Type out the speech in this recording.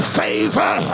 favor